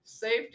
safety